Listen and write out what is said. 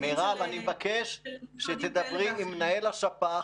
של --- אני מבקש שתדברי עם מנהל השפ"ח,